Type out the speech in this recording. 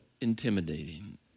intimidating